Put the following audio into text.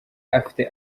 afite